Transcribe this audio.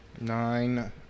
nine